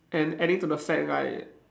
and adding to the fact like